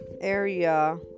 area